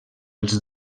els